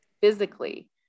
physically